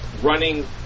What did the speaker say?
running